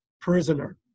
prisoner